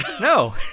No